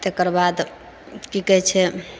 तेकरबाद की कहैत छै